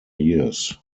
years